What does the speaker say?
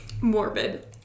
Morbid